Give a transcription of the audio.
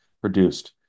produced